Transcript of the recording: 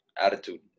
Attitude